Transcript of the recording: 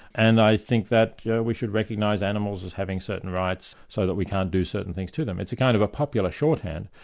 and i think that yeah we should recognise animals as having certain rights, so that we can't do certain things to them. it's a kind of a popular shorthand,